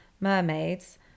mermaids